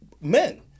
Men